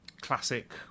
classic